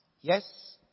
yes